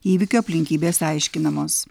įvykio aplinkybės aiškinamos